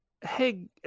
hey